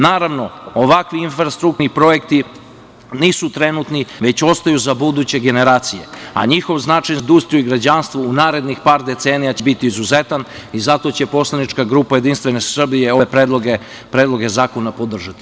Naravno ovakvi infrastrukturni projekti nisu trenutni već ostaju za buduće generacije, a njihov značaj za industriju i građanstvo u narednih par decenija će biti izuzetan i zato će poslanička grupa JS ove predloge zakona podržati.